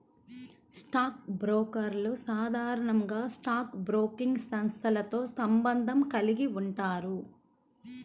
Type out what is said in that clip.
stock బ్రోకర్లు సాధారణంగా stock broking సంస్థతో సంబంధం కలిగి ఉంటారు